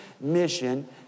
mission